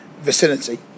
vicinity